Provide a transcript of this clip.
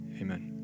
amen